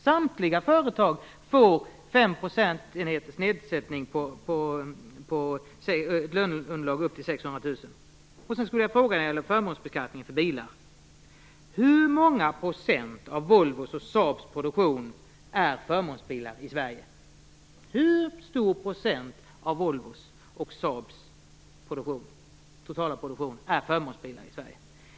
Samtliga företag få 5 % nedsättning på löneunderlag upp till 600 000 kr. Volvos och Saabs totala produktion utgörs av förmånsbilar i Sverige?